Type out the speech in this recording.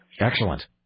Excellent